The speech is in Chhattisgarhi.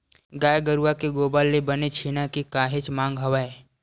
गाय गरुवा के गोबर ले बने छेना के काहेच मांग हवय